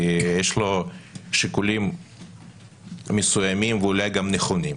כי יש לו שיקולים מסוימים ואולי גם נכונים.